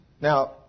Now